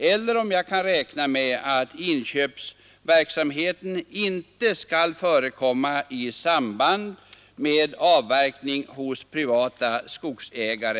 Eller kan jag räkna med att inköpsverksamhet inte skall förekomma i samband med domänverkets avverkning hos privata skogsägare?